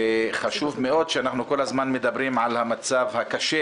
חשוב מאוד שאנחנו כל הזמן מדברים על המצב הקשה